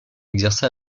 exerça